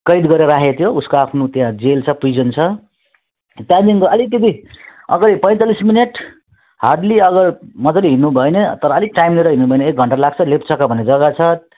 कैद गरेर राखेको थियो उसको आफ्नो त्यहाँ जेल छ प्रिजन छ त्यहाँदेखिको अलिकति अगाडि पैँतालिस मिनेट हार्डली अगर मजाले हिँड्नुभयो भने तर अलिक टाइम लिएर हिँड्नुभयो भने एक घन्टा लाग्छ लेपचाका भन्ने जग्गा छ